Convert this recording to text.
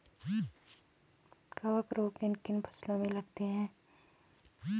कवक रोग किन किन फसलों में लगते हैं?